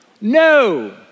No